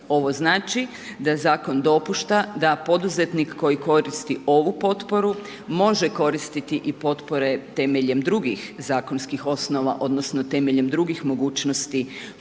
Ovo znači da zakon dopušta da poduzetnik koji koristi ovu potporu može koristiti i potpore temeljem drugih zakonskih osnova odnosno temeljem drugih mogućnosti koje